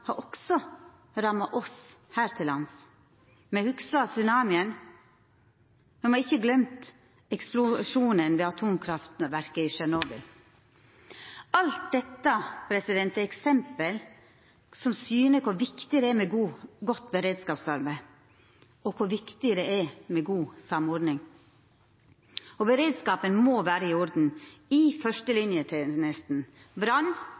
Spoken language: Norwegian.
har også ramma oss her til lands. Me hugsar tsunamien, og me har ikkje gløymt eksplosjonen ved atomkraftverket i Tsjernobyl. Alt dette er eksempel som syner kor viktig det er med godt beredskapsarbeid, og kor viktig det er med god samordning. Beredskapen må vera i orden i